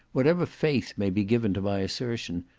whatever faith may be given to my assertion,